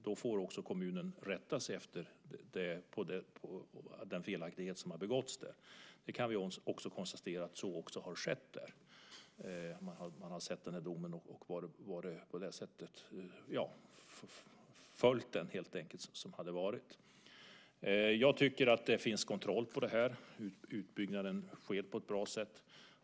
Då får kommunen rätta sig efter det, att det har begåtts en felaktighet. Vi kan konstatera att så också har skett och att man har följt domen. Jag tycker att det finns kontroll på det här. Utbyggnaden sker på ett bra sätt.